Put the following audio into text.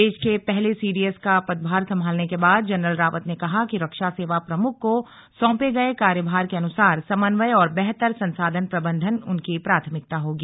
देश के पहले सी डी एस का पदभार संभालने के बाद जनरल रावत ने कहा कि रक्षा सेवा प्रमुख को सौंपे गये कार्यभार के अनुसार समन्वय और बेहतर संसाधन प्रबंधन उनकी प्राथमिकता होगी